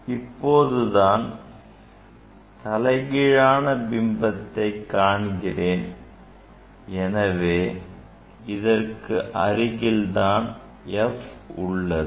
இப்போது நான் தலைகீழான பிம்பத்தை காண்கிறேன் எனவே இதற்கு அருகில் தான் f உள்ளது